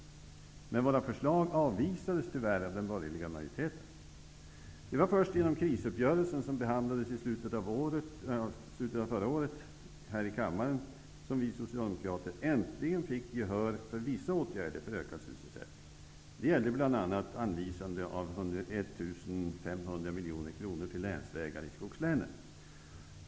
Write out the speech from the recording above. Men våra förslag avvisades tyvärr av den borgerliga majoriteten. Det var först genom krisuppgörelsen, som behandlades här i kammaren i slutet av förra året, som vi socialdemokrater äntligen fick gehör för vissa åtgärder för att öka sysselsättningen. Det gällde bl.a. anvisande av 1 500 miljoner kronor till länsvägar i skogslänen.